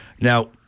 Now